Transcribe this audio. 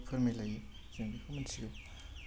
फोरमायलायो जों बेखौ मिन्थिगौ